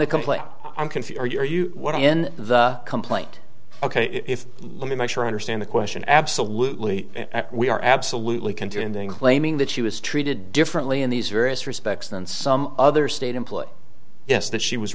your you what i in the complaint ok if let me make sure i understand the question absolutely we are absolutely continuing claiming that she was treated differently in these various respects than some other state employee yes that she was